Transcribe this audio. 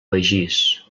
begís